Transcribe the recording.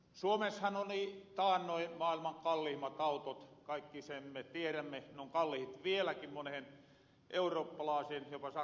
suomeshan oli taannoin maailman kalliimmat autot kaikki me sen tierämme ne on kallihit vieläkin monehen eurooppalaaseen jopa saksahan verrattuna